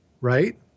right